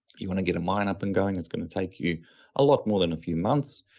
you want to get a mine up and going. that's going to take you a lot more than a few months,